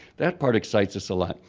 that part excites us a lot,